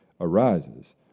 arises